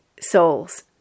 souls